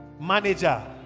Manager